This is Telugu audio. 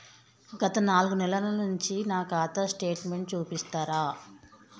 గత నాలుగు నెలల నుంచి నా ఖాతా స్టేట్మెంట్ చూపిస్తరా?